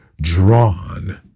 drawn